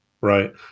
right